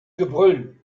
gebrüll